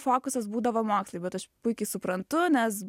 fokusas būdavo mokslai bet aš puikiai suprantu nes